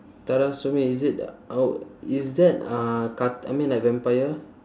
tara sue me is it oh is that uh ca~ I mean like vampire